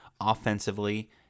offensively